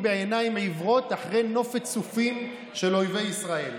בעיניים עיוורות אחרי נופת צופים של אויבי ישראל,